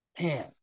man